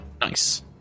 Nice